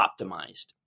optimized